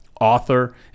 author